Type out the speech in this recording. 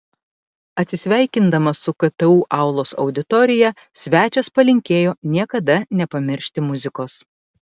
atsisveikindamas su ktu aulos auditorija svečias palinkėjo niekada nepamiršti muzikos